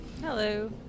Hello